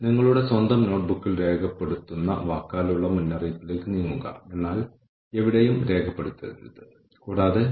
ഞാൻ കൂടുതൽ മുന്നോട്ട് പോകുന്നതിന് മുമ്പ് സ്കോർകാർഡുകൾ നിർദ്ദിഷ്ട പ്രവർത്തനങ്ങൾക്ക് വളരെ പ്രത്യേകമാണെന്ന് ഞാൻ വ്യക്തമാക്കണം